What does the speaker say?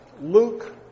Luke